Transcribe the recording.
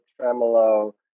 tremolo